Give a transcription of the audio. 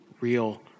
real